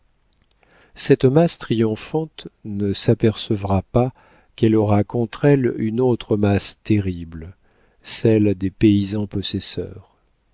cette masse triomphante ne s'apercevra pas qu'elle aura contre elle une autre masse terrible celle des paysans possesseurs